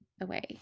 away